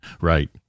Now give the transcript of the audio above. Right